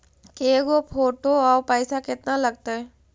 के गो फोटो औ पैसा केतना लगतै?